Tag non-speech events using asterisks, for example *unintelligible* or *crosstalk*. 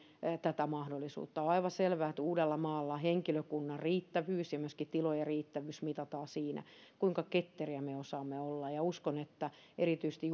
tätä mahdollisuutta on aivan selvää että uudellamaalla henkilökunnan riittävyys ja myöskin tilojen riittävyys mitataan siinä kuinka ketteriä me osaamme olla ja uskon että erityisesti *unintelligible*